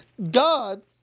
God